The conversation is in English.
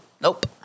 Nope